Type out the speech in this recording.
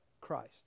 Christ